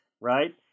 right